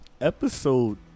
Episode